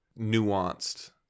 nuanced